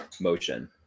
motion